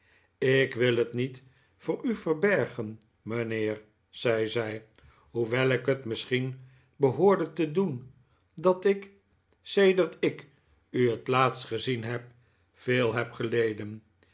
ik wil het niet voor u verbergen mijnheer zei zij hoewel ik het misschien behoorde te doen dat ik sedert ik u het laatst gezien heb veel heb geleden